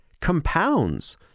compounds